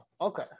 okay